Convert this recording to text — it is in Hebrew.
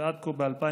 ועד כה ב-2020,